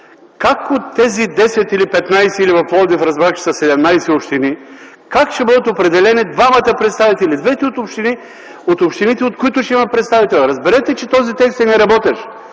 от тези 10 или 15, или в Пловдив разбрах, че са 17 общини, как ще бъдат определени двамата представители от двете общини, от които ще има представител? Разберете, че този текст е неработещ!